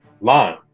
line